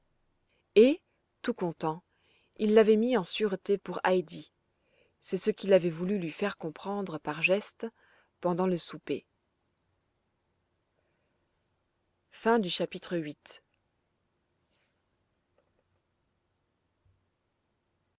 et tout content il l'avait mis en sûreté pour heidi c'est ce qu'il avait voulu lui faire comprendre par gestes pendant le souper chapitre ix